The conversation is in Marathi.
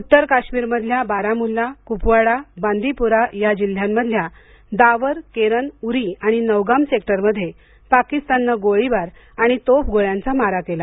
उत्तर काश्मीरमधल्या बारामृल्ला कृपवाडा बंदिपोरा या जिल्ह्यांमधल्या दावर केरन उरी आणि नौगाम सेक्टरमध्ये पाकिस्ताननं गोळीबार आणि तोफगोळ्यांचा मारा केला